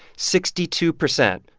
sixty-two percent,